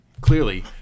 clearly